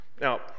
Now